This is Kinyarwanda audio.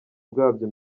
bwabyo